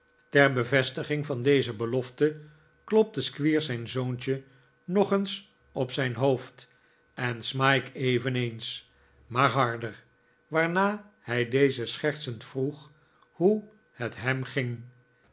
ter bevestiging van deze belofte klopte squeers zijn zoontje nog eens op zijn hoofd en smike eveneens maar harder waarna hij dezen schertsend vroeg hoe het hem ging